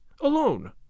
alone